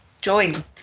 join